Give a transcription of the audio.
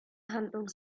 handlung